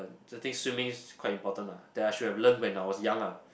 i think swimming is quite important lah that I should have learnt when I was young ah